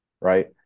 right